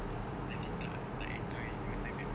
nanti tak tak enjoy you know